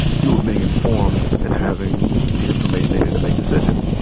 people being informed and having the information they need to make decisions.